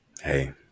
Hey